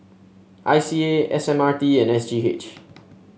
I C A S M R T and S G H